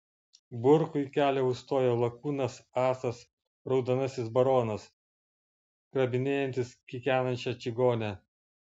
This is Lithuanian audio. burkui kelią užstojo lakūnas asas raudonasis baronas grabinėjantis kikenančią čigonę